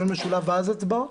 דיון משולב ואז הצבעות?